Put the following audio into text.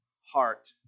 heart